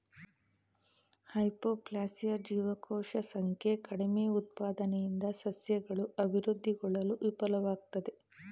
hypoplasia ಜೀವಕೋಶ ಸಂಖ್ಯೆ ಕಡಿಮೆಉತ್ಪಾದನೆಯಿಂದ ಸಸ್ಯಗಳು ಅಭಿವೃದ್ಧಿಗೊಳ್ಳಲು ವಿಫಲ್ವಾಗ್ತದೆ